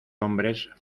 hombres